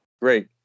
Great